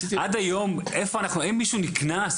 האם מישהו נקנס?